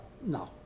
no